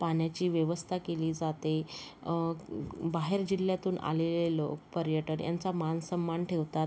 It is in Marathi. पाण्याची व्यवस्था केली जाते बाहेर जिल्ह्यातून आलेले लोक पर्यटन यांचा मानसम्मान ठेवतात